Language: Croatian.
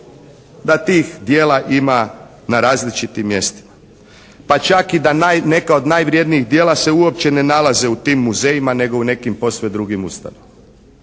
Da tih djela ima na različitim mjestima pa čak i da neka od najvrednijih djela se uopće ne nalaze u tim muzejima nego u nekim posve drugih ustanovama.